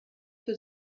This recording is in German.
für